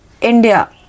India